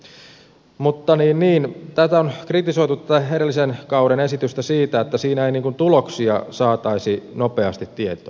tätä edellisen kauden esitystä on kritisoitu siitä että siinä ei tuloksia saataisi nopeasti tietoon